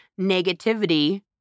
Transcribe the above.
negativity